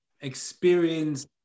experience